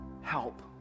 help